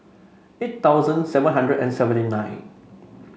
eight thousand seven hundred and seventy nine